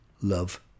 love